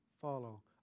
follow